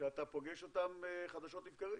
שאתה פוגש אותם חדשות לבקרים.